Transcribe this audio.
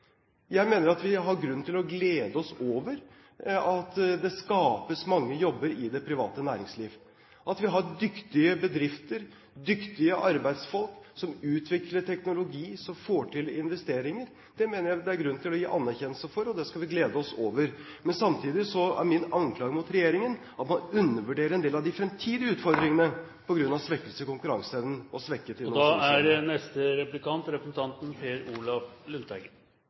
Jeg mener at vi har grunn til å glede oss over at det skapes mange jobber i det private næringslivet, at vi har dyktige bedrifter, dyktige arbeidsfolk som utvikler teknologi, og som får til investeringer. Det mener jeg det er grunn til å gi anerkjennelse for, og det skal vi glede oss over. Men samtidig er min anklage mot regjeringen at man undervurderer en del av de fremtidige utfordringene på grunn av svekkelse i konkurranseevnen og svekket